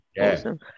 Awesome